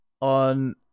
on